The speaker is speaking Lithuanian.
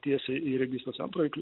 tiesiai į registrų centrą